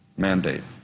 mandate.